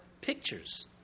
pictures